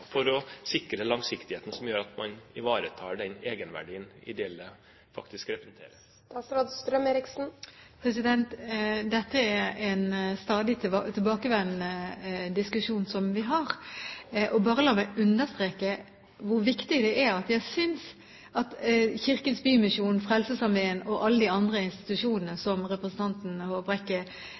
for å sikre langsiktigheten som gjør at man ivaretar den egenverdien de ideelle faktisk representerer? Dette er en stadig tilbakevendende diskusjon som vi har, og bare la meg understreke hvor viktig det er at vi har Kirkens Bymisjon, Frelsesarmeen og alle de andre institusjonene som representanten Håbrekke